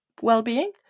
well-being